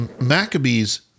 Maccabees